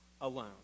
alone